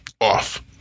off